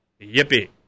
Yippee